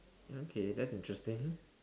okay that's interesting